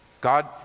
God